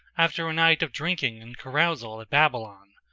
after a night of drinking and carousal at babylon.